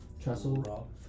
Trestle